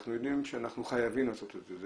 אנחנו יודעים שאנחנו חייבים לעשות את זה,